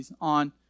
on